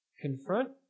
confront